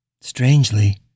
Strangely